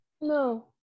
No